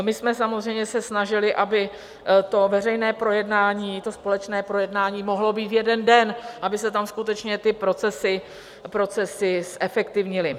My jsme se samozřejmě snažili, aby to veřejné projednání, to společné projednání mohlo být v jeden den, aby se tam skutečně ty procesy zefektivnily.